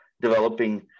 developing